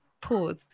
pause